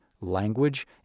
language